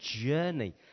journey